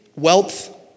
Wealth